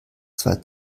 zwei